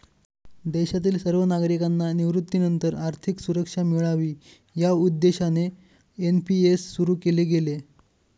देशातील सर्व नागरिकांना निवृत्तीनंतर आर्थिक सुरक्षा मिळावी या उद्देशाने एन.पी.एस सुरु केले गेले